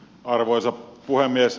arvoisa puhemies